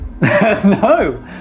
No